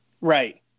Right